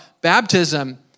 Baptism